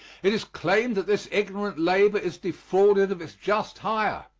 it is claimed that this ignorant labor is defrauded of its just hire,